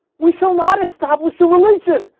we shall not establish a religion.